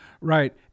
Right